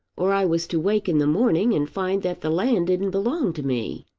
or i was to wake in the morning and find that the land didn't belong to me.